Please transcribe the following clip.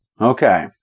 Okay